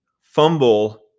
fumble